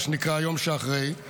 מה שנקרא היום שאחרי,